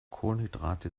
kohlenhydrate